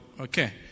Okay